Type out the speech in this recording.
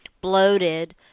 bloated